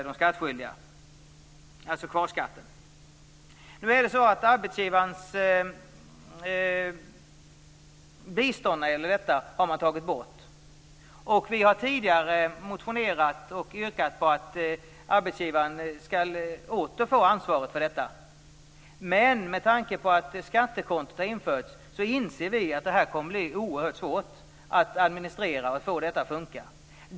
Denna skyldighet för arbetsgivaren har nu tagits bort. Vi har tidigare motionerat om och yrkat på att arbetsgivaren åter bör få ansvaret för detta. Men med tanke på att det har införts ett skattekonto inser vi att detta kommer att bli oerhört svårt att administrera.